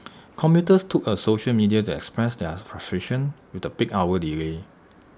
commuters took A social media that express their frustration with the peak hour delay